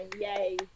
yay